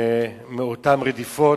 פתוחה.